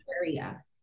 area